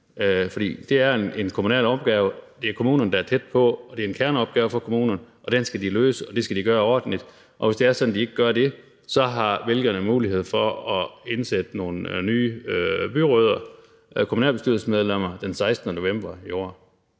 det er en kommunal opgave. Det er kommunerne, der er tæt på, og det er en kerneopgave for kommunerne, og den skal de løse, og det skal de gøre ordentligt. Hvis det er sådan, at de ikke gør det, så har vælgerne mulighed for at indsætte nogle nye byrødder, kommunalbestyrelsesmedlemmer, den 16. november i år.